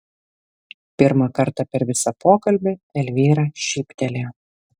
pirmą kartą per visą pokalbį elvyra šyptelėjo